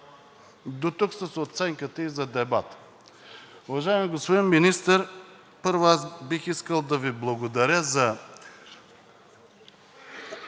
Дотук с оценката и за дебата. Уважаеми господин Министър, първо, аз бих искал да Ви благодаря за